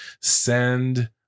send